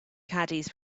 caddies